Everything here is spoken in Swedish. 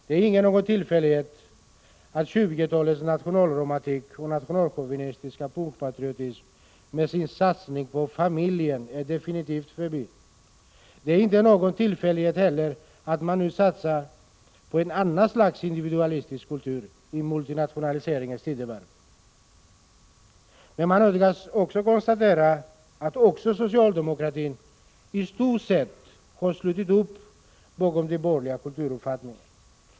Det är inte någon tillfällighet att 1920-talets nationalromantik och nationalchauvinistiska punschpatriotism med sin satsning på familjen är definitivt förbi. Det är inte heller någon tillfällighet att man i dag i multinationaliseringens tidevarv satsar på ett annat slags individuaiistisk kultur. Men man nödgas c «så konstatera att även socialdemokratin i stort sett har slutit upp bakom G.n borgerliga kulturuppfattningen.